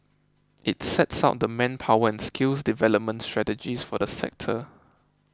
it sets out the manpower and skills development strategies for the sector